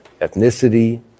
ethnicity